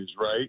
right